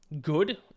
good